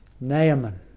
Naaman